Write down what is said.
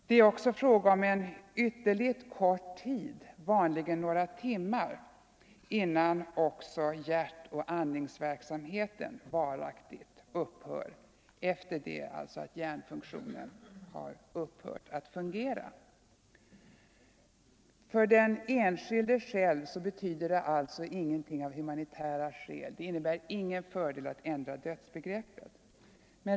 Det är också en ytterligt kort tid — vanligen några timmar — som förflyter mellan hjärnfunktionens upphörande och hjärtoch andningsverksamhetens avstannande. För den enskilde själv innebär det alltså ingen fördel att ändra dödsbegreppet.